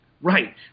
Right